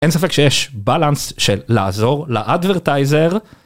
אין ספק שיש balance של לעזור ל-advertiser.